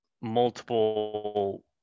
multiple